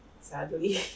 sadly